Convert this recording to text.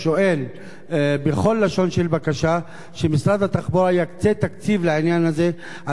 בכל לשון של בקשה שמשרד התחבורה יקצה תקציב לעניין הזה על מנת שנוכל,